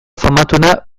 famatuena